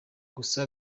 gusa